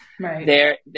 Right